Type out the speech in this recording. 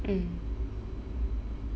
mm